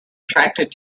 attracted